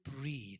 breathe